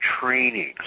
training